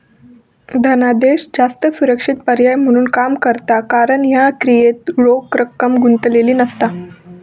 धनादेश जास्त सुरक्षित पर्याय म्हणून काम करता कारण ह्या क्रियेत रोख रक्कम गुंतलेली नसता